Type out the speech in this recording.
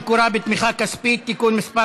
הכנסה (הכנסה שמקורה בתמיכה כספית) (תיקון מס'